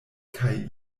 kaj